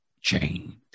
chained